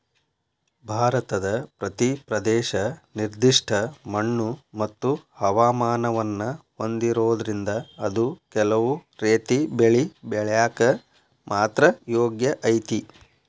ಭಾರತದ ಪ್ರತಿ ಪ್ರದೇಶ ನಿರ್ದಿಷ್ಟ ಮಣ್ಣುಮತ್ತು ಹವಾಮಾನವನ್ನ ಹೊಂದಿರೋದ್ರಿಂದ ಅದು ಕೆಲವು ರೇತಿ ಬೆಳಿ ಬೆಳ್ಯಾಕ ಮಾತ್ರ ಯೋಗ್ಯ ಐತಿ